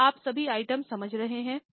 क्या आप सभी आइटम समझ रहे हैं